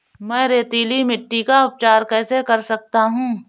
मैं रेतीली मिट्टी का उपचार कैसे कर सकता हूँ?